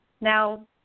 now